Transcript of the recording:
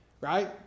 right